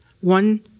one